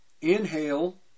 inhale